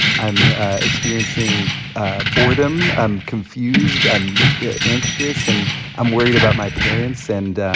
i'm experiencing ah boredom. i'm confused. i'm anxious. and i'm worried about my parents and,